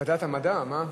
ועדת המדע, מה?